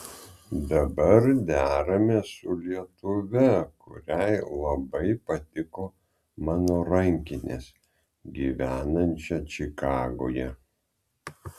dabar deramės su lietuve kuriai labai patiko mano rankinės gyvenančia čikagoje